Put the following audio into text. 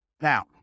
Now